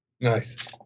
nice